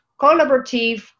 collaborative